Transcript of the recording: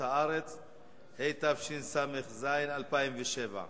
חוק ומשפט להכנה לקריאה שנייה ולקריאה שלישית.